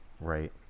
right